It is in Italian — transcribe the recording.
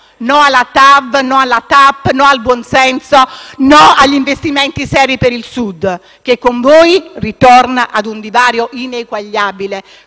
No alla TAV, no alla TAP, no al buon senso, no agli investimenti seri per il Sud, che, con voi, ritorna ad un divario ineguagliabile